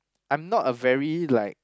I'm not a very like